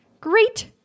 Great